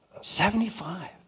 Seventy-five